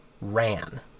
ran